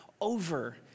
over